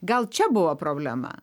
gal čia buvo problema